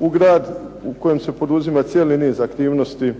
U grad u kojem se poduzima cijeli niz aktivnosti